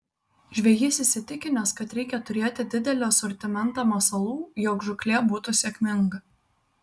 žvejys įsitikinęs kad reikia turėti didelį asortimentą masalų jog žūklė būtų sėkminga